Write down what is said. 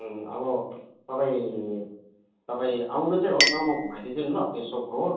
अब तपाईँ तपाईँ आउनु चाहिँ होस् न म घुमाइ दिन्छु नि ल पेसोक रोड